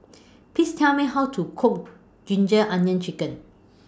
Please Tell Me How to Cook Ginger Onions Chicken